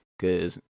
Cause